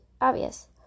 obvious